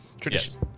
tradition